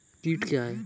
कीट क्या है?